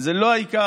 וזה לא העיקר.